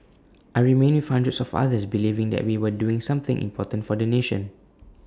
I remained with hundreds of others believing that we were doing something important for the nation